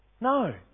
No